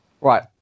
Right